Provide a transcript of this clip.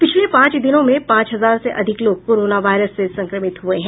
पिछले पांच दिनों में पांच हजार से अधिक लोग कोरोना वायरस से संक्रमित हुए हैं